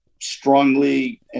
strongly